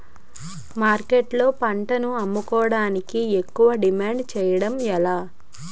మార్కెట్లో పంట అమ్ముకోడానికి ఎక్కువ డిమాండ్ చేయడం ఎలా?